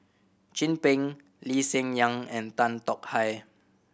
Chin Peng Lee Hsien Yang and Tan Tong Hye